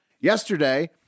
yesterday